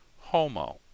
Homo